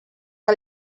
que